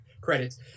credits